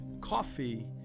coffee